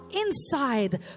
inside